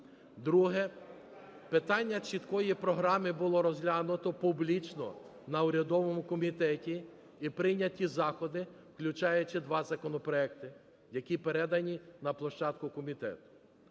Друге. Питання чіткої програми було розглянуто публічно на урядовому комітеті і прийняті заходи, включаючи два законопроекти, які передані на площадку комітету.